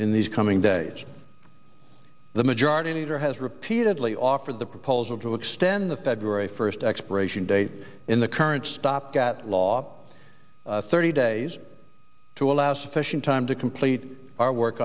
in these coming days the majority leader has repeatedly offered the proposal to extend the federally first expiration date in the current stopped at law thirty days to allow sufficient time to complete our work